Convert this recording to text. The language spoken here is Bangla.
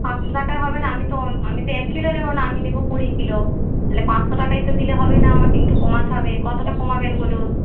পাঁচশো টাকায় হবে না আমি তো আমি তো এক কিলো নেব না আমি নেব কুড়ি কিলো তাহলে পাঁচশো টাকায় দিলে তো হবে না আমাকে একটু কমাতে হবে কতটা কমাবেন বলুন